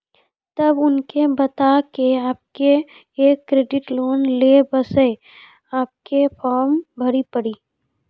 तब उनके बता के आपके के एक क्रेडिट लोन ले बसे आपके के फॉर्म भरी पड़ी?